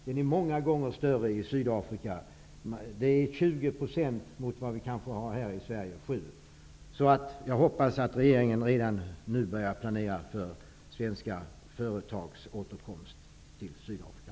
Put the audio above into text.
Den är många gånger större i Sydafrika. De har 20 % medan vi i Sverige har 7 %. Jag hoppas att regeringen redan nu börjar planera för svenska företags återkomst till Sydafrika.